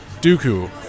Dooku